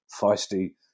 feisty